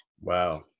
Wow